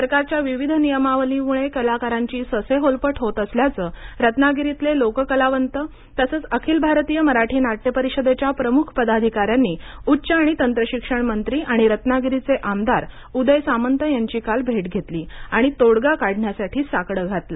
सरकारच्या विविध नियमावलीमुळे कलाकारांची ससेहोलपट होत असल्यानं रत्नागिरीतले लोक कलावंत तसंच अखिल भारतीय मराठी नाट्य परिषदेच्या प्रमुख पदाधिकाऱ्यांनी उच्च आणि तंत्रशिक्षण मंत्री आणि रत्नागिरीचे आमदार उदय सामंत यांची काल भेट घेतली आणि तोडगा काढण्यासाठी साकडं घातलं